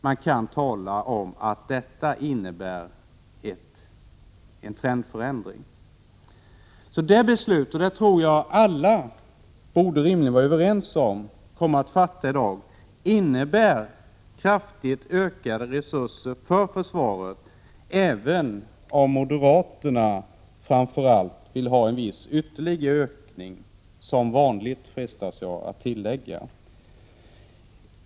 Man kan tala om att detta innebär en trendförändring. Rimligen borde alla vara överens om att det beslut vi kommer att fatta i dag innebär kraftigt ökade resurser för försvaret, även om framför allt moderaterna vill ha en viss ytterligare ökning — som vanligt, frestas jag att tillägga.